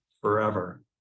forever